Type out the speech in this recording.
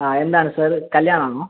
ആ എന്താണ് സർ കല്യാണം ആണോ